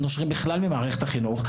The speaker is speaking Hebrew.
ונושרים בכלל ממערכת החינוך.